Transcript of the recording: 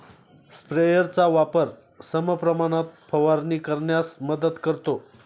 स्प्रेयरचा वापर समप्रमाणात फवारणी करण्यास मदत करतो